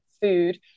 food